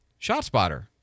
ShotSpotter